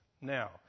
Now